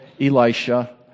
Elisha